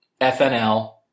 FNL